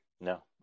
no